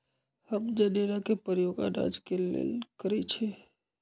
हम जनेरा के प्रयोग अनाज के लेल करइछि